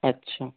আচ্ছা